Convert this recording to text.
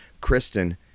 Kristen